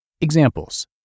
Examples